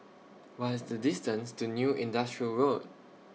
What IS The distance to New Industrial Road